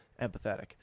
empathetic